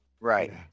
Right